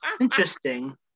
interesting